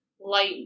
light